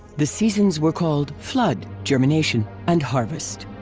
the seasons were called flood, germination and harvest.